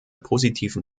positiven